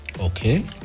okay